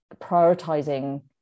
prioritizing